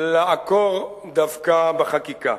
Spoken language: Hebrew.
לעקור דווקא בחקיקה.